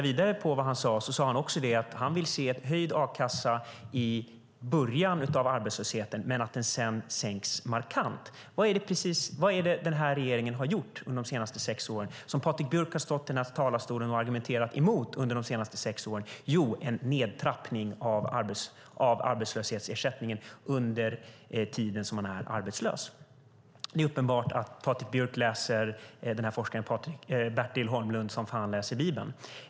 Vidare sade han att han vill se en höjd a-kassa i början av arbetslösheten men att den sedan sänks markant. Vad är det som denna regering har gjort under de senaste sex åren och som Patrik Björck har stått i denna talarstol och argumenterat emot under de senaste sex åren? Jo, det är en nedtrappning av arbetslöshetsersättningen under tiden som man är arbetslös. Det är uppenbart att Patrik Björck läser denna forskare Bertil Holmlund som fan läser bibeln.